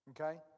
okay